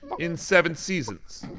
in seven seasons.